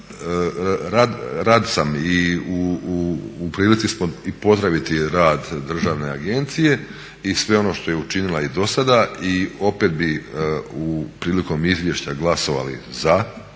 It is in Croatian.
rad sam i u prilici smo pozdraviti rad državne agencije i sve ono što je učinila i dosada i opet bih prilikom izvješća glasovali za